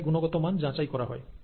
এখানে গুণগত মান যাচাই করা হয়